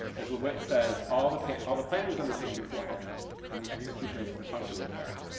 as lewitt says, all the all the planning is undertaken before hand and the execution is perfunctory affair.